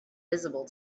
visible